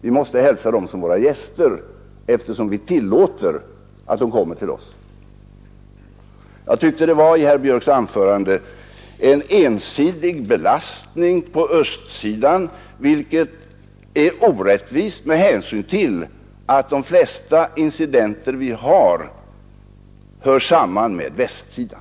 Vi måste hälsa dem som våra gäster, eftersom vi tillåter att de kommer till oss. Jag tycker att det i herr Björcks anförande var en ensidig belastning på östsidan, vilket är orättvist med hänsyn till att de flesta incidenter vi har hör samman med västsidan.